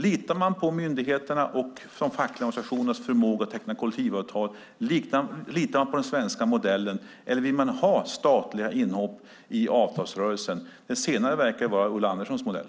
Litar man på myndigheterna och de fackliga organisationernas förmåga att teckna kollektivavtal, litar man på den svenska modellen eller vill man ha statliga inhopp i avtalsrörelsen? Det senare verkar vara Ulla Anderssons modell.